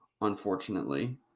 unfortunately